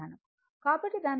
కాబట్టి దానికి సరిపోలాలి I